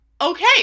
okay